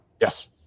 Yes